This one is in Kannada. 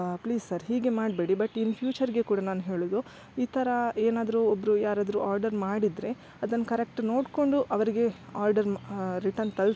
ಪ್ಲೀಸ್ ಸರ್ ಹೀಗೆ ಮಾಡಬೇಡಿ ಬಟ್ ಇನ್ ಫ್ಯೂಚರಿಗೆ ಕೂಡ ನಾನು ಹೇಳೋದು ಈ ಥರ ಏನಾದರು ಒಬ್ಬರು ಯಾರಾದರು ಆರ್ಡರ್ ಮಾಡಿದರೆ ಅದನ್ನು ಕರೆಕ್ಟ್ ನೋಡಿಕೊಂಡು ಅವರಿಗೆ ಆರ್ಡರ್ ರಿಟನ್ ತಲ